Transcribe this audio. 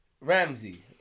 Ramsey